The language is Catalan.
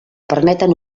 permeten